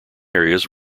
areas